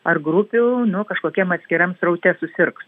ar grupių nu kažkokiam atskiram sraute susirgs